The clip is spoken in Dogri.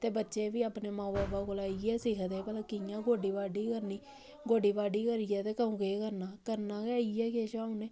ते बच्चे बी अपने माऊ बब्बा कोला इ'यै सिखदे भला कि'यां गोड्डी बाढी करनी गोड्डी बाढी करियै दे क'ऊं केह् करना करना गै इ'यै किश ऐ उ'नें